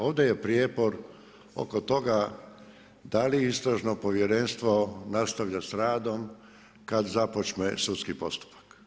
Ovdje je prijepor oko toga da li Istražno povjerenstvo nastavlja sa radom kada započne sudski postupak.